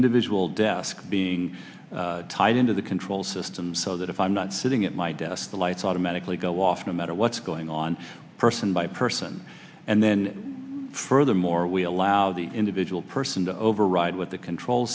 individual desk being tied into the control system so that if i'm not sitting at my desk the lights automatically go off no matter what's going on person by person and then furthermore we allow the individual person to override what the control